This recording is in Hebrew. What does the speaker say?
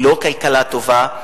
הוא לא כלכלה טובה,